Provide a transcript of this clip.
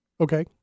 Okay